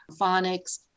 phonics